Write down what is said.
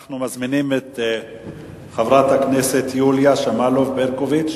אנחנו מזמינים את חברת הכנסת יוליה שמאלוב-ברקוביץ,